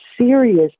serious